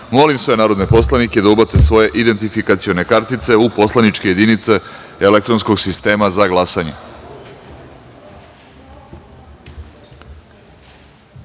molim sve narodne poslanike da ubace svoje identifikacione kartice u poslaničke jedinice elektronskog sistema za